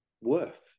worth